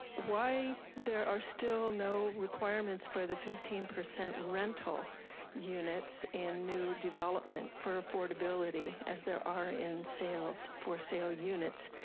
why there are still no requirements for the fifteen percent rental units in new development for affordability as there are in sales, for sale units.